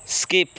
skip